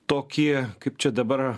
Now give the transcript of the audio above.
tokį kaip čia dabar